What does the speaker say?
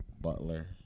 butler